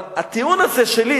אבל הטיעון הזה שלי,